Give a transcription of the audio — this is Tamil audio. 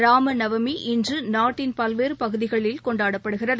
ராம நவமி இன்று நாட்டின் பல்வேறு பகுதிகளில் கொண்டாடப்படுகிறது